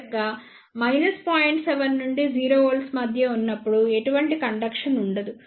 7 నుండి 0 V మధ్య ఉన్నప్పుడు ఎటువంటి కండక్షన్ ఉండదు